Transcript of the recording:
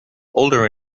older